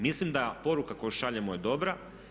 Mislim da poruka koju šaljemo je dobra.